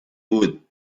would